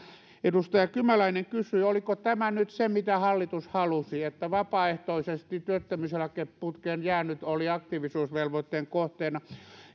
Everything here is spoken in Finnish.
edustaja kymäläinen kysyi oliko tämä nyt se mitä hallitus halusi että vapaaehtoisesti työttömyyseläkeputkeen jäänyt oli aktiivisuusvelvoitteen kohteena